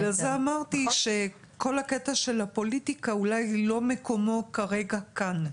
בגלל זה אמרתי שכל הקטע של הפוליטיקה אולי מקומו לא כרגע כאן.